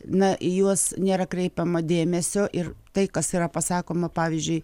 na į juos nėra kreipiama dėmesio ir tai kas yra pasakoma pavyzdžiui